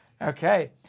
Okay